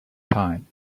time